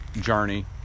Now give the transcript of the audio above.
journey